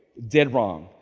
dead wrong.